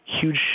huge